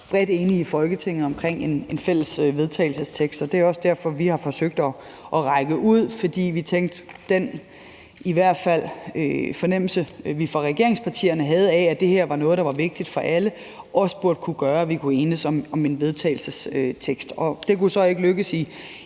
være bredt enige i Folketinget omkring en fælles vedtagelsestekst. Det er også derfor, vi har forsøgt at række ud, for vi tænkte, at den fornemmelse, vi i hvert fald fra regeringspartierne havde, af, at det her var noget, der var vigtigt for alle, også burde kunne gøre, at vi kunne enes om en vedtagelsestekst. Og det kunne så ikke lykkes i